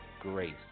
grace